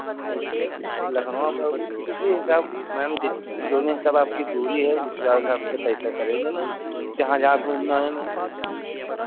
लखनऊ का उसी हिसाब मैम जौने हिसाब आपकी दूरी है उस हिसाब से पैसे पड़ेंगे मैम जहाँ जहाँ घूमना है मैम